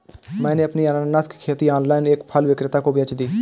मैंने अपनी अनन्नास की खेती ऑनलाइन एक फल विक्रेता को बेच दी